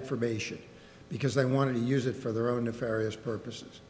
information because they wanted to use it for their own nefarious purposes